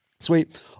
Sweet